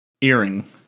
Earring